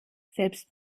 selbst